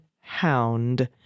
hound